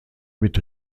mit